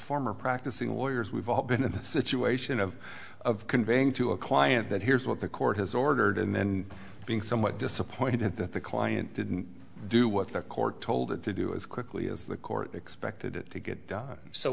former practicing lawyers we've all been in the situation of of conveying to a client that here's what the court has ordered and then being somewhat disappointed that the client didn't do what the court told it to do as quickly as the court expected it to get done so